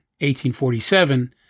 1847